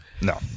No